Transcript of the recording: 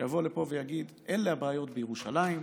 שיבוא לפה ויגיד: אלה הבעיות בירושלים.